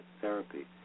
therapy